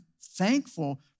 thankful